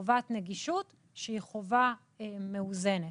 חובת נגישות שהיא חובה מאוזנת.